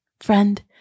Friend